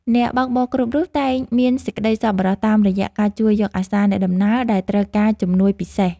អ្នកបើកបរគ្រប់រូបតែងមានសេចក្ដីសប្បុរសតាមរយៈការជួយយកអាសាអ្នកដំណើរដែលត្រូវការជំនួយពិសេស។